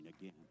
again